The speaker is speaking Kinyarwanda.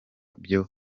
byo